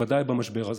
בוודאי במשבר הזה.